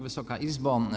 Wysoka Izbo!